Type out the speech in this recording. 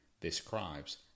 describes